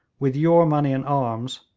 with your money and arms.